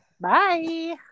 Bye